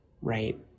right